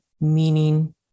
meaning